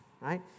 right